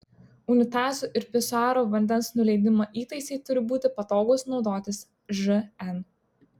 unitazų ir pisuarų vandens nuleidimo įtaisai turi būti patogūs naudotis žn